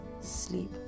sleep